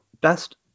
Best